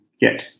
get